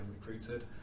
recruited